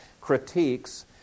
critiques